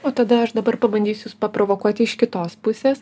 o tada aš dabar pabandysiu jus paprovokuoti iš kitos pusės